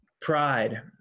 pride